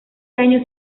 año